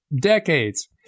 decades